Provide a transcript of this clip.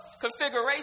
configuration